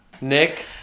Nick